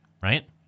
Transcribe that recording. right